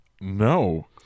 no